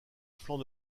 flanc